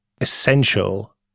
essential